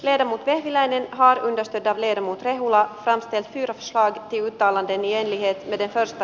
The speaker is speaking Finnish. terho pieviläinen vaan estetään liedon muut rehulla taisteltiin valtiontalouden jäljet veden seosta